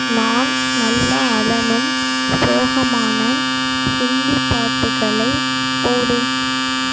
நான் நல்லா அழணும் சோகமான ஹிந்தி பாட்டுகளைப் போடு